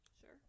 sure